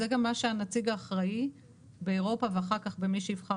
זה גם מה שהנציג האחראי באירופה ואחר כך במי שיבחר